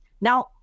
Now